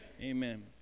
Amen